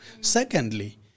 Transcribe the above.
Secondly